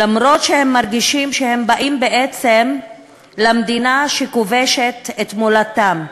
אף שהם מרגישים שהם באים בעצם למדינה שכובשת את מולדתם,